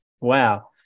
Wow